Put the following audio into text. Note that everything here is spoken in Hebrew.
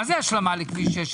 מה זה השלמה לכביש 16?